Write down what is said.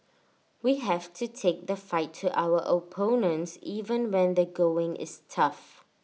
we have to take the fight to our opponents even when the going is tough